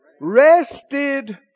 Rested